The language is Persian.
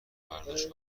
برداشت